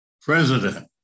president